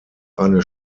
eine